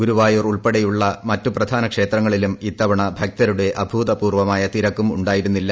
ഗുരവായൂർ ഉൾപ്പെടെയുള്ള മറ്റ് പ്രധാനക്ഷേത്രങ്ങളിലും ഇത്തവണ ഭക്തരുടെ അഭൂതപൂർവ്വമായ തിരക്കും ഉണ്ടായിരുന്നില്ല